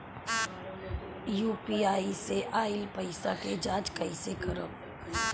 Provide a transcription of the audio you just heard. UPI से आइल पईसा के जाँच कइसे करब?